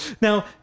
Now